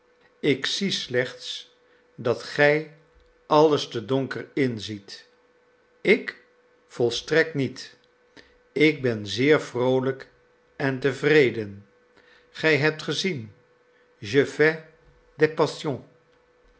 ik zie slechts dat gij alles te donker inziet ik volstrekt niet ik ben zeer vroolijk en tevreden gij hebt gezien je fais des passions